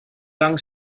lang